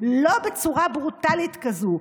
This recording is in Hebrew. לא בצורה ברוטלית כזו,